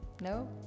no